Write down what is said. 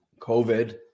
COVID